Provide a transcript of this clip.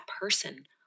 person